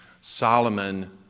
Solomon